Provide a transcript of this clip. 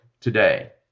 today